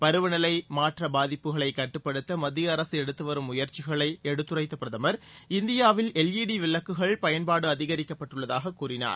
பருவ நிலை மாற்ற பாதிப்புகளைக் கட்டுப்படுத்த மத்திய அரசு எடுத்து வரும் முயற்சிகளை எடுத்துரைத்த பிரதமர் இந்தியாவில் எல்சடி விளக்குகள் பயன்பாடு அதிகரிக்கப்பட்டுள்ளதாகக் கூறினார்